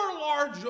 large